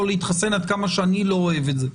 עד כמה שאני לא אוהב את זה,